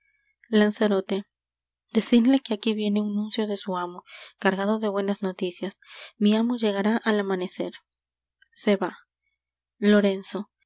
lanzarote decidle que aquí viene un nuncio de su amo cargado de buenas noticias mi amo llegará al amanecer se va lorenzo